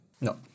no